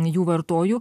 jų vartoju